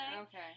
Okay